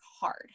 hard